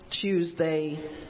Tuesday